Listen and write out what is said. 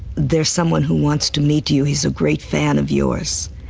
there's someone who wants to meet you, he's a great fan of yours.